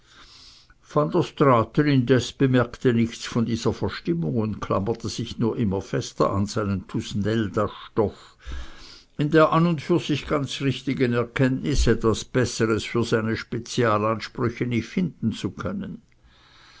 indes bemerkte nichts von dieser verstimmung und klammerte sich nur immer fester an seinen thusnelda stoff in der an und für sich ganz richtigen erkenntnis etwas besseres für seine spezialansprüche nicht finden zu können